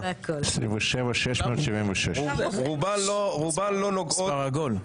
27,676. מספר עגול.